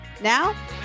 Now